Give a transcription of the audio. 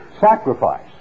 sacrifice